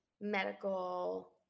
medical